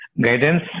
guidance